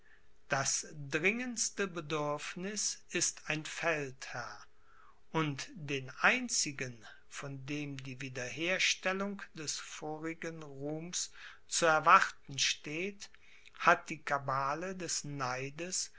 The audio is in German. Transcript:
das dringendste bedürfniß ist ein feldherr und den einzigen von dem die wiederherstellung des vorigen ruhms zu erwarten steht hat die kabale des neides